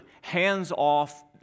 hands-off